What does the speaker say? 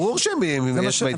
ברור שאם יש מידע.